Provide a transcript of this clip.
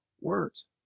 words